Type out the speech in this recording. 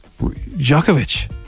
Djokovic